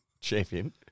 champion